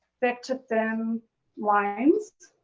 thick to thin lines.